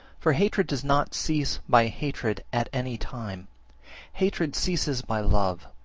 for hatred does not cease by hatred at any time hatred ceases by love,